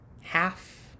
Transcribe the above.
Half